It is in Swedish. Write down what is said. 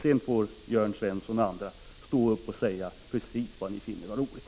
Sedan får Jörn Svensson och andra säga precis vad ni finner vara roligt.